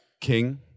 king